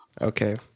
Okay